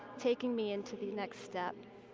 taking me into the next step.